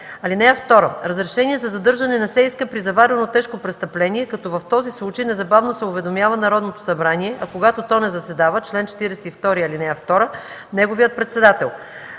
(2) Разрешение за задържане не се иска при заварено тежко престъпление, като в този случай незабавно се уведомява Народното събрание, а когато то не заседава (чл. 42, ал. 2) - неговият председател.